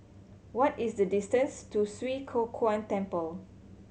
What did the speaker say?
what is the distance to Swee Kow Kuan Temple